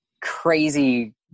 crazy